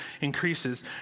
increases